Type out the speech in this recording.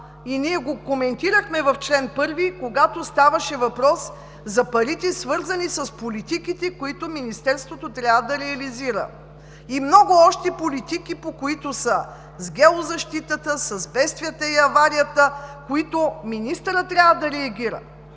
и го коментирахме в чл. 1, когато ставаше въпрос за парите, свързани с политиките, които Министерството трябва да реализира. И много още политики, които са по геозащитата, по бедствията и авариите, по които въпроси министърът трябва да реагира.